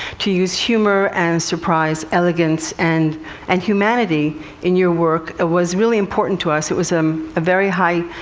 to use humor and surprise, elegance and and humanity in your work was really important to us. it was um a very high,